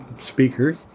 speakers